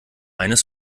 eines